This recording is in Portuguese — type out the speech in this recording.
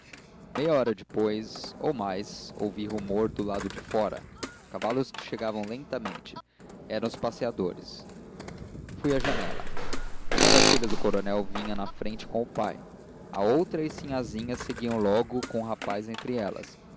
meia hora depois ou mais ouvi rumor do lado de fora cavalos que chegavam lentamente eram os passeadores fui à janela uma das filhas do coronel vinha na frente com o pai a outra e sinhazinha seguiam logo com o rapaz entre elas